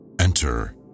Enter